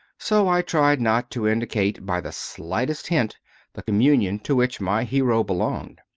so i tried not to indicate by the slightest hint the communion to which my hero belonged.